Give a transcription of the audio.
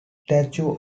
statue